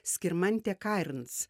skirmantė karns